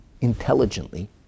intelligently